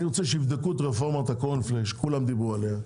אני רוצה שיבדקו את רפורמת הקורנפלקס שכולם דיברו עליה.